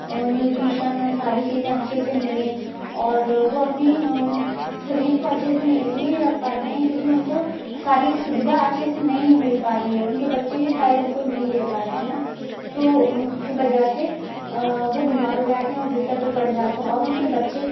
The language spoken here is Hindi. न्यूट्रिशन हैं सारी चीज़ें अच्छे से मिलें और वो अपने शरीर को अच्छे से इसलिए नहीं रख पाते हैं क्योंकि उनको सारी सुविधा अच्छे से नहीं मिल पा रही है उनके बच्चे भी शायद उनको नहीं दे पा रहे है है ना तो वजह से वो बीमार हो जाते हैं और बिस्तर पर पड़ जाते हैं और उनके बच्चे